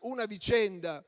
una vicenda